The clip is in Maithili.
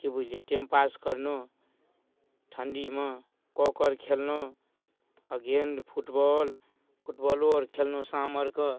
कि बुझलिए टाइमपास करलहुँ ठण्डीमे कौकर खेललहुँ आओर गेन्द फुटबॉल फुटबॉलो आओर खेललहुँ शाम आओरके